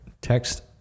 text